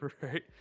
right